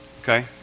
okay